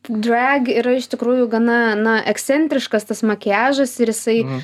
drag yra iš tikrųjų gana na ekscentriškas tas makiažas ir jisai